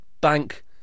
bank